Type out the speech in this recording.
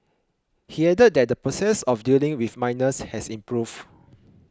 he added that the process of dealing with minors has improved